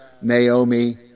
Naomi